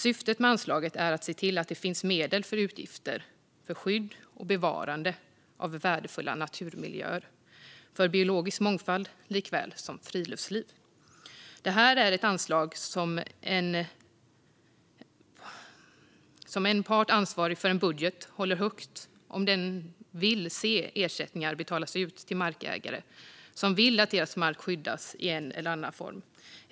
Syftet med anslaget är att se till att det finns medel för utgifter för skydd och bevarande av värdefulla naturmiljöer för biologisk mångfald likaväl som för friluftsliv. Det här är ett anslag som en part som är ansvarig för en budget håller högt om denne vill se ersättningar betalas ut till markägare som vill att deras mark skyddas i en eller annan form.